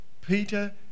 Peter